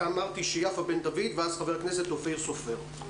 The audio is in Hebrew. יפה בן דוד ואז חבר כנסת אופיר סופר.